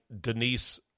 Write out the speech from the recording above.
Denise